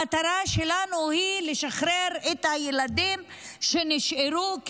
המטרה שלנו היא לשחרר את הילדים שנשארו,